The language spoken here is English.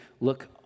look